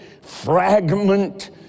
fragment